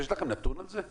יש לכם נתון על זה?